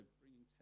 bringing